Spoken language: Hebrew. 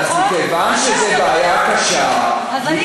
בסדר, אז מכיוון שזו בעיה קשה, אז זהו.